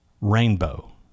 rainbow